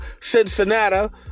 Cincinnati